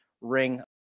ring